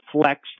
flex